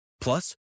plus